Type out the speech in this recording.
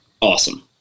awesome